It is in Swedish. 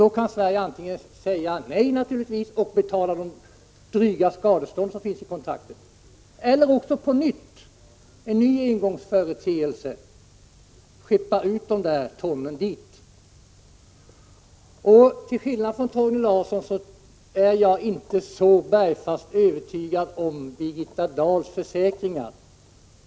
Då kan naturligtvis Sverige säga nej och betala de dryga skadestånd som anges i kontraktet, eller också kan vi som en ny engångsföreteelse skeppa ut det begärda utbrända kärnbränslet. Till skillnad från Torgny Larsson är jag inte så bergfast övertygad om Birgitta Dahls försäkringar.